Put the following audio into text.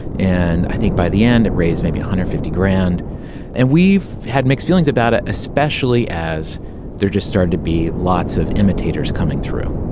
and i think by the end it raised maybe one hundred fifty grand and we've had mixed feelings about it especially as they're just started to be lots of imitators coming through.